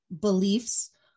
beliefs